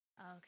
okay